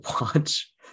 watch